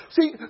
See